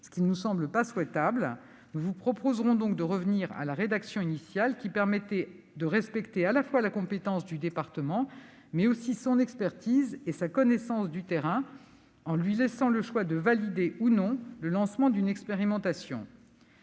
Cela ne nous semble pas souhaitable. Nous vous proposerons donc de revenir à la rédaction initiale, qui permettait de respecter la compétence du département, mais aussi son expertise et sa connaissance du terrain, en lui laissant le choix de valider ou pas le lancement d'une expérimentation.